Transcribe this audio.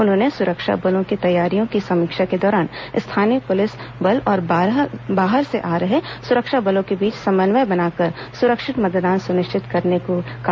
उन्होंने सुरक्षा बलों की तैयारियों की समीक्षा के दौरान स्थानीय पुलिस बल और बाहर से आ रहे सुरक्षा बलों के बीच समन्वय बनाकर सुरक्षित मतदान सुनिश्चित कराने के लिए कहा